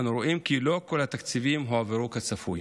אנו רואים כי לא כל התקציבים הועברו כצפוי.